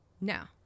Now